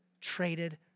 traded